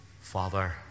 Father